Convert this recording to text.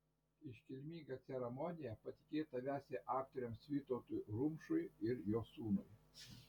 iškilmingą ceremoniją patikėta vesti aktoriams vytautui rumšui ir jo sūnui